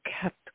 kept